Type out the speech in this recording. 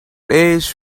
age